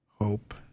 Hope